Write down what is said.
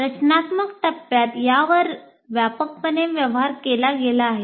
रचनात्मक टप्प्यात यावर व्यापकपणे व्यवहार केला गेला आहे